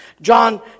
John